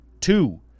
two